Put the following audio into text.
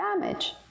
damage